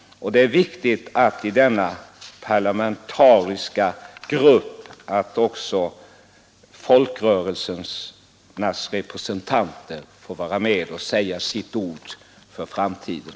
Det är viktigt att i en parlamentarisk grupp på detta område också folkrörelsernas representanter får vara med och säga sitt ord för framtiden.